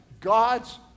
god's